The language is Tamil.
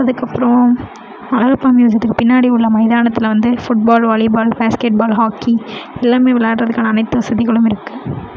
அதுக்கப்றம் அழகப்பா மியூசியத்துக்கு பின்னாடி உள்ள மைதானத்தில் வந்து ஃபுட்பால் வாலிபால் பேஸ்கெட்பால் ஹாக்கி எல்லாமே விளையாடுறத்துக்கான அனைத்து வசதிகளும் இருக்கு